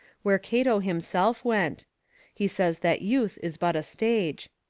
where cato himself went he says that youth is but a stage.